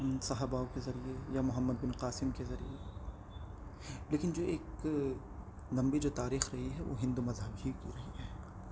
ان صاحباؤں کے ذریعے یا محمد بن قاسم کے ذریعے لیکن جو ایک لمبی جو تاریخ رہی ہے وہ ہندو مذہبی ہی کی رہی ہے